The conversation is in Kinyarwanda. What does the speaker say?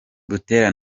butera